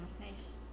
nice